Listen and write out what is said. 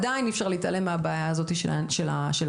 עדיין אי אפשר להתעלם מהבעיה הזאתי של האנשים.